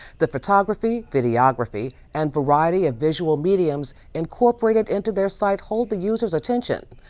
the photography, videography and variety of visual mediums incorporated into their site hold the user's attention.